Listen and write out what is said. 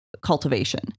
cultivation